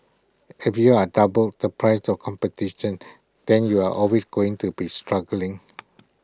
if you are double the price of competition then you are always going to be struggling